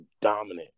dominant